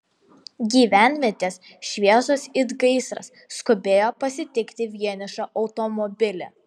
gyvenvietės šviesos it gaisras skubėjo pasitikti vienišą automobilį